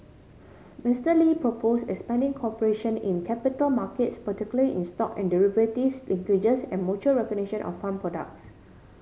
Mister Lee propose expanding cooperation in capital markets particularly in stock and derivatives linkages and mutual recognition of fund products